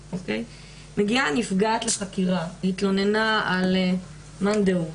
מגיעה נפגעת לחקירה, אחרי שהתלוננה על מאן דהוא.